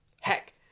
heck